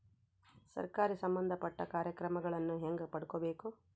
ಸರಕಾರಿ ಸಂಬಂಧಪಟ್ಟ ಕಾರ್ಯಕ್ರಮಗಳನ್ನು ಹೆಂಗ ಪಡ್ಕೊಬೇಕು?